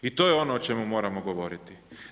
I to je ono o čemu moramo govoriti.